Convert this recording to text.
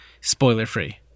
spoiler-free